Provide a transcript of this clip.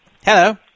Hello